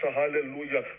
hallelujah